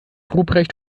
ruprecht